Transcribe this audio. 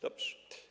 Dobrze.